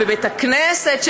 בבית הכנסת,